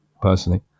Personally